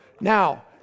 Now